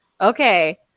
Okay